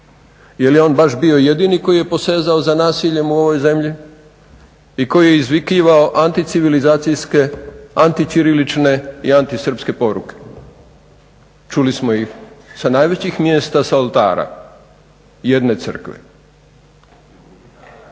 je li on baš bio jedini koji je posezao za nasiljem u ovoj zemlji i koji je izvikivao anticivilizacijske, anti ćirilične i anti srpske poruke. Čuli smo ih sa najvećih mjesta, sa oltara jedne crkve.